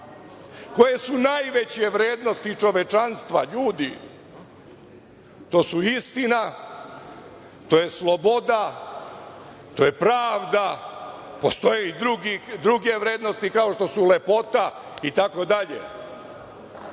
koje su najveće vrednosti čovečanstva. Ljudi, to su istina, to je sloboda, to je pravda. Postoje i druge vrednosti kao što su lepota, itd.